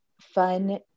fun